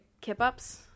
kip-ups